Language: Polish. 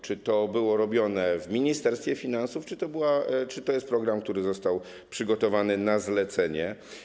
Czy to było robione w Ministerstwie Finansów, czy to jest program, który został przygotowany na zlecenie?